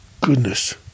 goodness